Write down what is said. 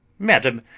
madam,